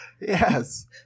Yes